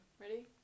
Ready